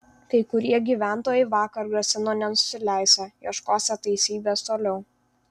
kai kurie gyventojai vakar grasino nenusileisią ieškosią teisybės toliau